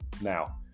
Now